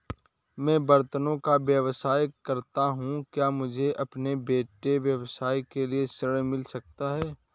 मैं बर्तनों का व्यवसाय करता हूँ क्या मुझे अपने छोटे व्यवसाय के लिए ऋण मिल सकता है?